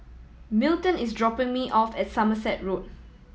Milton is dropping me off at Somerset Road